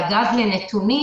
אגב, לגבי נתונים